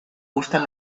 gustan